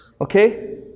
okay